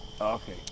Okay